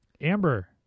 Amber